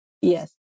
Yes